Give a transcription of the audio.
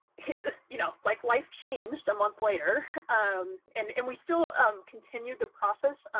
you know like life changed a month later um and and we still um continued the process.